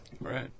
Right